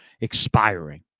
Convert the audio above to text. expiring